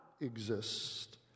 exist